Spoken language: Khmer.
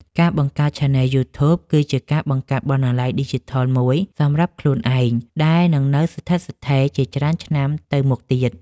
ការបង្កើតឆានែលយូធូប គឺជាការបង្កើតបណ្ណាល័យឌីជីថលមួយសម្រាប់ខ្លួនឯងដែលនឹងនៅស្ថិតស្ថេរជាច្រើនឆ្នាំទៅមុខទៀត។